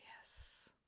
yes